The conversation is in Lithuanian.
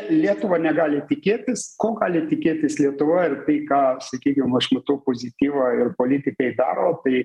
lietuva negali tikėtis ko gali tikėtis lietuvoj ir tai ką sakykim aš matau pozityvą ir politikai daro tai